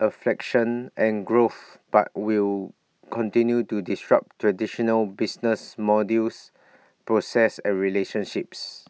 efficiency and growth but will continue to disrupt traditional business models processes and relationships